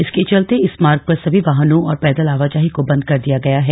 इसके चलते इस मार्ग पर समी वाहनों और पैदल आवाजाही को बन्द कर दिया गया है